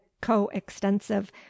co-extensive